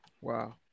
Wow